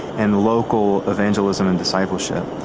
and local evangelism and discipleship.